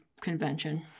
convention